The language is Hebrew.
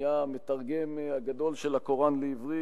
היה המתרגם הגדול של הקוראן לעברית,